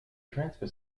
transfer